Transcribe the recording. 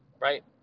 right